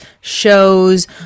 shows